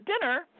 dinner